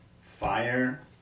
Fire